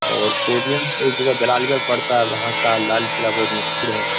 اور پورنیم سے ایک جگہ جلال گڑھ پڑتا ہے وہاں کا آپ لال قلعہ بہت مشہور ہے